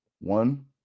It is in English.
one